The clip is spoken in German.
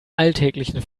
alltäglichen